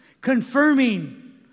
confirming